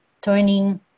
turning